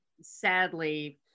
sadly